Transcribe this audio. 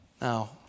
Now